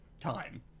time